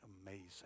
amazing